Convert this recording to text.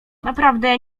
naprawdę